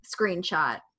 screenshot